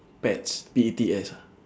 pets P E T S ah